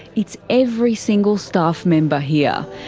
it's every single staff member here,